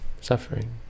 suffering